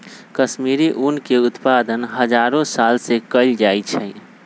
कश्मीरी ऊन के उत्पादन हजारो साल से कएल जाइ छइ